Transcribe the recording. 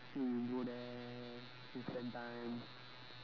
go there we spend time